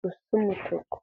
rusa umutuku.